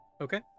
okay